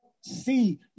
see